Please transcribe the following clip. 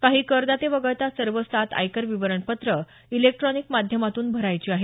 काही करदाते वगळता सर्व सात आयकर विवरणपत्रं इलेक्ट्रॉनिक माध्यमातून भरायची आहेत